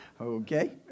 Okay